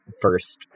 first